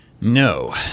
No